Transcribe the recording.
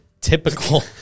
Typical